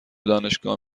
دانشگاه